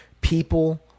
People